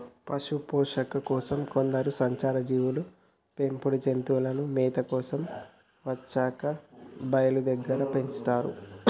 పశుపోషణ కోసం కొందరు సంచార జీవులు పెంపుడు జంతువులను మేత కోసం పచ్చిక బయళ్ళు దగ్గర పెంచుతారు